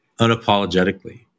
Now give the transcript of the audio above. unapologetically